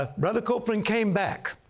ah brother copeland came back.